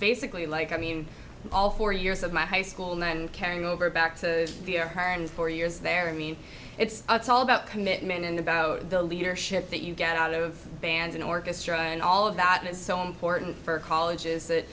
basically like i mean all four years of my high school now and carrying over back to the r and four years there i mean it's it's all about commitment and about the leadership that you get out of band and orchestra and all of that is so important for colleges that